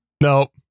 Nope